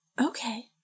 Okay